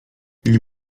nie